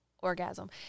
Orgasm